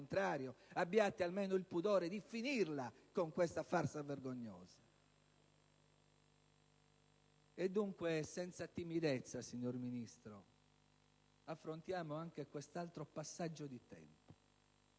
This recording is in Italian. Dunque, senza timidezza, signor Ministro, affrontiamo anche questo altro passaggio di tempo